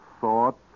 thought